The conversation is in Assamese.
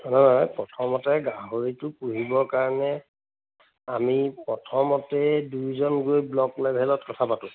নহয় প্ৰথমতে গাহৰিটো পুহিবৰ কাৰণে আমি প্ৰথমতে দুয়োজন গৈ ব্লক লেভেলত কথা পাতোঁ